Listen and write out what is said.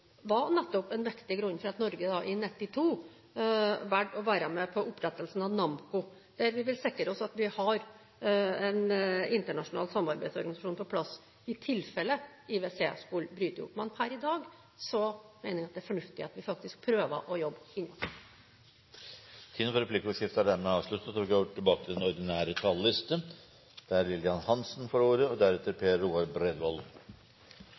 var nettopp en viktig grunn til at Norge i 1992 valgte å være med på opprettelsen av NAMMCO, Den nordatlantiske sjøpattedyrkommisjonen, der vi vil sikre oss at vi har en internasjonal samarbeidsorganisasjon på plass, i tilfelle IWC skulle bryte opp. Men per i dag mener jeg det er fornuftig at vi faktisk prøver å jobbe … Replikkordskiftet er dermed avsluttet.